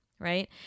right